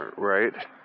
Right